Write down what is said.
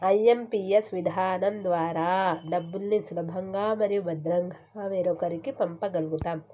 IMPS విధానం ద్వారా డబ్బుల్ని సులభంగా మరియు భద్రంగా వేరొకరికి పంప గల్గుతం